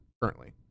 currently